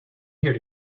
here